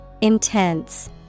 Intense